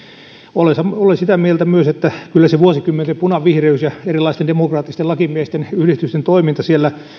olen sitä mieltä myös että kyllä se vuosikymmenten punavihreys ja erilaisten demokraattisten lakimiesyhdistysten toiminta siellä